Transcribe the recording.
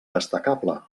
destacable